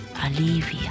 alivia